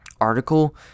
article